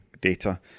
data